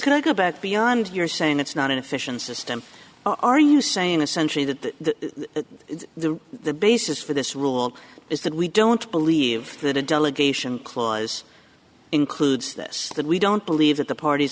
to go back beyond your saying it's not an efficient system are you saying essentially that the the the basis for this rule is that we don't believe that a delegation clause includes this that we don't believe that the parties